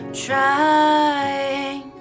trying